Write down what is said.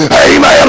amen